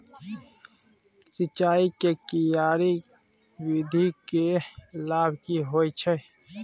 सिंचाई के क्यारी विधी के लाभ की होय छै?